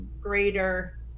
greater